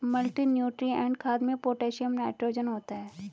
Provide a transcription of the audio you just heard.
multinutrient खाद में potassium nitrogen होता है